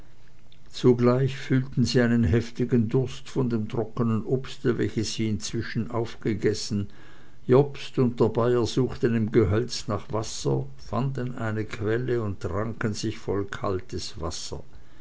zugleich fühlten sie einen heftigen durst von dem trockenen obste welches sie inzwischen aufgegessen jobst und der bayer suchten im gehölz nach wasser fanden eine quelle und tranken sich voll kaltes wasser